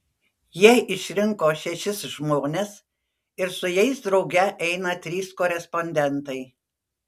jie išrinko šešis žmones ir su jais drauge eina trys korespondentai